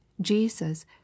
jesus